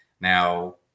Now